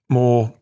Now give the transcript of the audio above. more